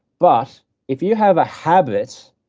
but if you have a habit,